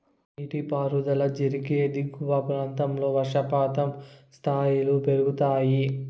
నీటిపారుదల జరిగే దిగువ ప్రాంతాల్లో వర్షపాతం స్థాయిలు పెరుగుతాయి